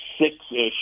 six-ish